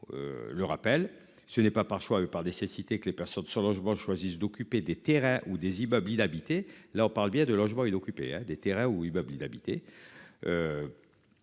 Le rappel ce n'est pas par choix eux par nécessité que les personnes sans logement choisissent d'occuper des terrains ou des immeubles inhabités alors par le biais de logements inoccupés à des terrains ou immeubles inhabités.